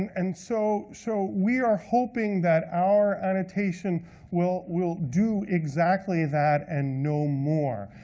and so so we are hoping that our annotation will will do exactly that, and no more.